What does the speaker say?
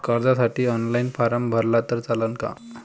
कर्जसाठी online form भरला तर चालन का?